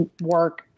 work